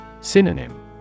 Synonym